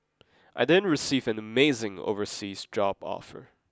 I didn't receive an amazing overseas job offer